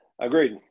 Agreed